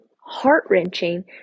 heart-wrenching